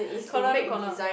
corner to corner